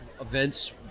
events